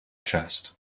chest